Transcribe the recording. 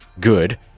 good